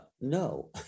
no